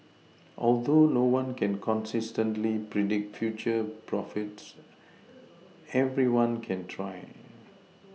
although no one can consistently predict future profits everyone can try